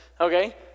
okay